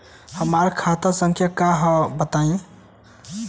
हमार खाता संख्या का हव बताई?